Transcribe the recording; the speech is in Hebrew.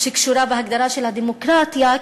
שקשורה בהגדרה של הדמוקרטיה,